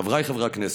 חבריי חברי הכנסת,